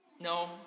no